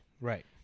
right